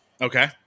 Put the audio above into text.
Okay